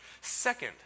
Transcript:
Second